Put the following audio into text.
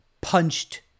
punched